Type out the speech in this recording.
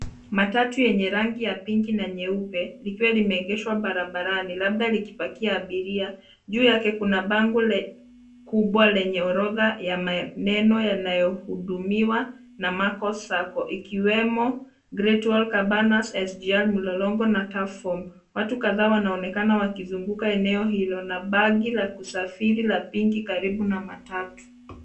Matatu yenye rangi ya pinki na nyeupe limeegeshwa barabarani, labda likipakia abiria. Juu yake kuna bango kubwa lenye orodha ya maeneo yanayohudumiwa na magari hayo, yakiwemo Great Wall, Cabanas, SGL, Mulolongo na Tuff Form. Watu kadhaa wanaonekana wakizunguka eneo hilo na begi la kubebea la rangi ya pinki liko karibu na matatu.